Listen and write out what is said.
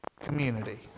community